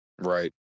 right